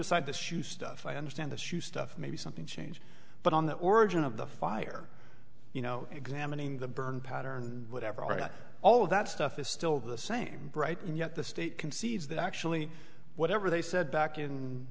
aside this you stuff i understand this you stuff maybe something changed but on the origin of the fire you know examining the burn pattern whatever all right all of that stuff is still the same bright and yet the state concedes that actually whatever they said back